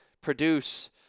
produce